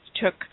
took